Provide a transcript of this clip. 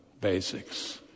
basics